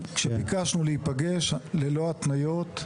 ביקשנו להיפגש ללא התניות,